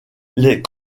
les